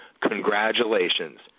Congratulations